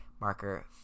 marker